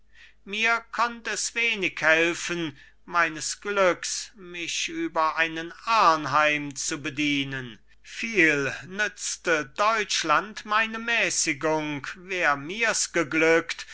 mir konnt es wenig helfen meines glücks mich über einen arnheim zu bedienen viel nützte deutschland meine mäßigung wär mirs geglückt